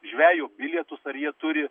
žvejo bilietus ar jie turi